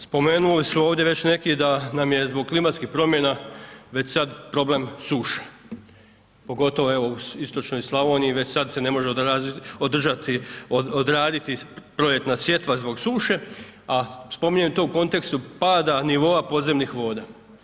Spomenuli su ovdje već neki da nam je zbog klimatskih promjena već sad problem suša, pogotovo evo u Istočnoj Slavoniji već sad se ne može održati, odraditi proljetna sjetva zbog suše, a spominjem to u kontekstu pada nivoa podzemnih voda.